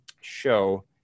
show